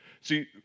See